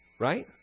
Right